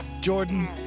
Jordan